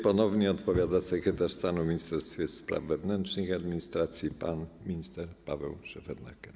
Ponownie odpowiada sekretarz stanu w Ministerstwie Spraw Wewnętrznych i Administracji pan minister Paweł Szefernaker.